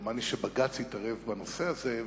דומני שבג"ץ התערב בנושא הזה,